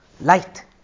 light